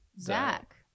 Zach